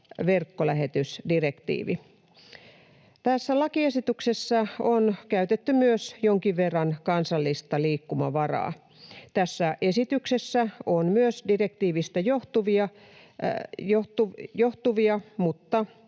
verkkolähetysdirektiivi. Tässä lakiesityksessä on käytetty myös jonkin verran kansallista liikkumavaraa. Tässä esityksessä on direktiivistä johtuvia mutta